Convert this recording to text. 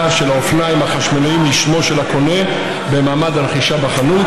של האופניים החשמליים לשמו של הקונה במעמד הרכישה בחנות,